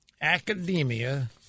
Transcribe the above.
Academia